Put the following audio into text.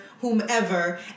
whomever